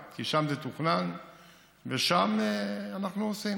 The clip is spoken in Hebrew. מדהים, שבירושלים